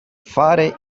fare